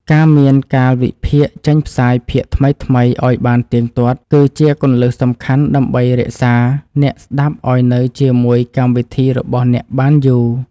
ការមានកាលវិភាគចេញផ្សាយភាគថ្មីៗឱ្យបានទៀងទាត់គឺជាគន្លឹះសំខាន់ដើម្បីរក្សាអ្នកស្តាប់ឱ្យនៅជាមួយកម្មវិធីរបស់អ្នកបានយូរ។